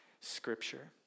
Scripture